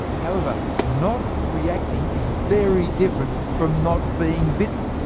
however, not reacting is very different from not being bitten.